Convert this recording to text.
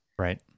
Right